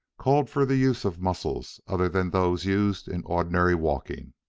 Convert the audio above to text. called for the use of muscles other than those used in ordinary walking.